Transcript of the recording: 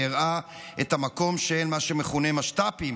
שהראה את המקום של מה שמכונה משת"פים